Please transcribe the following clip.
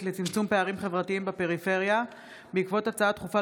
לצמצום פערים חברתיים בפריפריה בעקבות דיון בהצעה דחופה